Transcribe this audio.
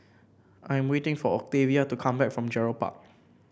I am waiting for Octavia to come back from Gerald Park